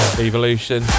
evolution